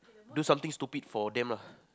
do something stupid for them lah